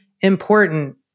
important